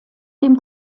dem